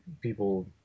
people